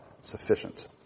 sufficient